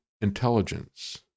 intelligence